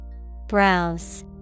Browse